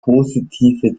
positive